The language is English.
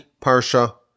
parsha